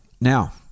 Now